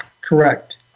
Correct